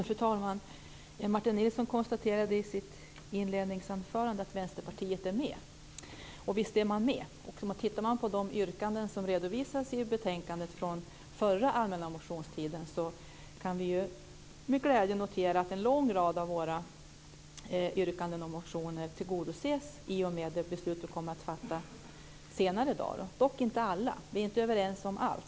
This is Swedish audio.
Fru talman! Martin Nilsson konstaterar i sitt inledningsanförande att Vänsterpartiet är med, och visst är man med. Tittar vi på de yrkanden som redovisas i betänkandet från förra allmänna motionstiden kan vi med glädje notera att en lång rad av våra yrkanden och motioner tillgodoses i och med det beslut som kommer att fattas senare i dag, dock inte alla. Vi är inte överens om allt.